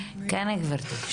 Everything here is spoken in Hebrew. כן, גבירתי.